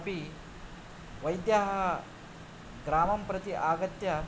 अपि वैद्याः ग्रामं प्रति आगत्य